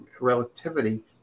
relativity